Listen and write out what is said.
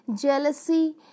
jealousy